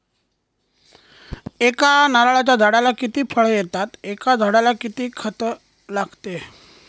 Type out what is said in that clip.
एका नारळाच्या झाडाला किती फळ येतात? एका झाडाला किती खत लागते?